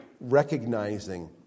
recognizing